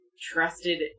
trusted